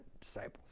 disciples